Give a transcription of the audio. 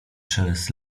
szelest